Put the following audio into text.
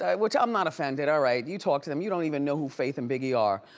which i'm not offended, all right. you talked to them, you don't even know who faith and biggie are.